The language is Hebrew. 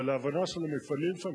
ולהבנה של המפעלים שם,